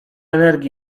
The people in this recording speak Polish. energii